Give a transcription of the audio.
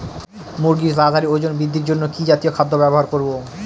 মুরগীর তাড়াতাড়ি ওজন বৃদ্ধির জন্য কি জাতীয় খাদ্য ব্যবহার করব?